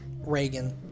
Reagan